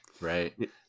right